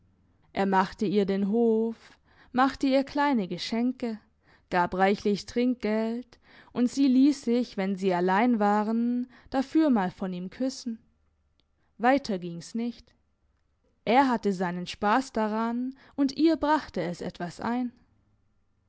er machte ihr den hof machte ihr kleine geschenke gab reichlich trinkgeld und sie liess sich wenn sie allein waren dafür mal von ihm küssen weiter ging's nicht er hatte seinen spass daran und ihr brachte es etwas ein